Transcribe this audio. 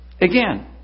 Again